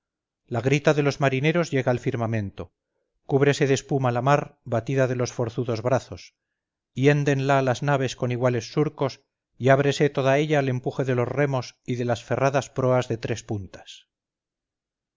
la grita de los marineros llega al firmamento cúbrese de espuma la mar batida de los forzudos brazos hiéndela las naves con iguales surcos y ábrese toda ella al empuje de los remos y de las ferradas proas de tres puntas